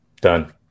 Done